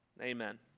Amen